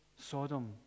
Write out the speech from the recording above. Sodom